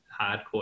hardcore